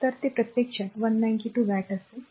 तर ते प्रत्यक्षात 192 वॅट असेल